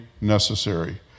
necessary